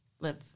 live